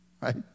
Right